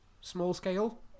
small-scale